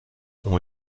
ont